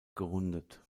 gerundet